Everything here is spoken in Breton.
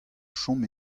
chom